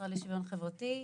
המשרד לשוויון חברתי,